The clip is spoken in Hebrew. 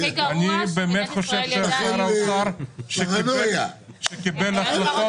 אני באמת חושב שהוא היה שר אוצר שקיבל החלטות